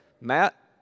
Matt